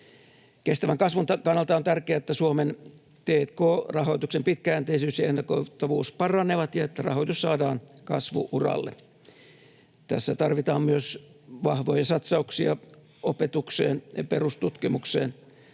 Kestävän kasvun kannalta on tärkeää, että Suomen t&k-rahoituksen pitkäjänteisyys ja ennakoitavuus paranevat ja että rahoitus saadaan kasvu-uralle. Tässä tarvitaan myös vahvoja satsauksia opetukseen, perustutkimukseen,